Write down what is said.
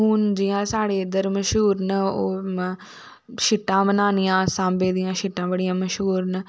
हून जियां साढ़े इद्धर मश्हूर ना ओह् शीटां बनानियां साम्बे दियां शीटां बडियां मश्हूर ना